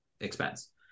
expense